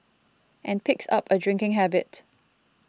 and picks up a drinking habit